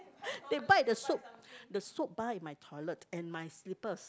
they bite the soap the soap bar in my toilet and my slippers